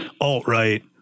alt-right